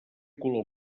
color